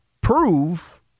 prove